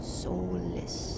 soulless